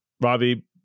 Ravi